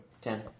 Ten